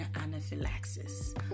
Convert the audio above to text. anaphylaxis